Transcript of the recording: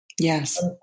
Yes